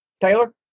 Taylor